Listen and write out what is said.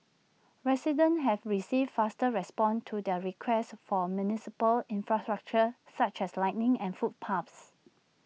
residents have received faster responses to their requests for municipal infrastructure such as lighting and footpaths